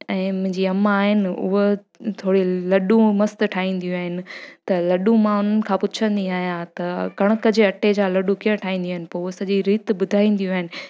ऐं मुंहिंजी अम्मा आहे न उहो थोरी लॾूं मस्तु ठाहींदियूं आहिनि त लॾूं मां उन्हनि खां पुछंदी आहियां त कणक जे अटे जा लॾूं कीअं ठाहींदियूं आहिनि सॼी रीति ॿुधाईंदियूं आहिनि